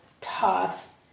tough